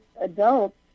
adults